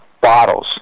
bottles